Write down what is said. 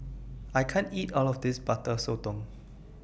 I can't eat All of This Butter Sotong